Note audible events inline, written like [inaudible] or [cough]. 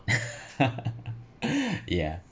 [laughs] yeah